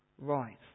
right